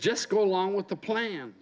just go along with the plan